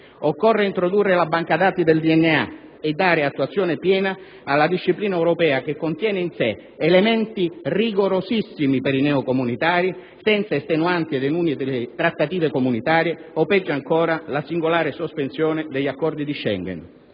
Occorre introdurre la banca dati del DNA e dare attuazione piena alla disciplina europea che contiene in sé elementi rigorosissimi per i neocomunitari, senza estenuanti ed inutili trattative comunitarie o, peggio ancora, la singolare sospensione degli Accordi di Schengen.